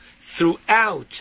throughout